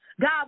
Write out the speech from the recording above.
God